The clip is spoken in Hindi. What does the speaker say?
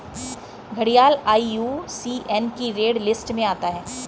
घड़ियाल आई.यू.सी.एन की रेड लिस्ट में आता है